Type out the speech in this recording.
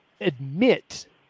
admit